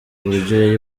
uburyo